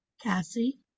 Cassie